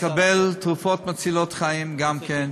לקבל תרופות מצילות חיים גם כן,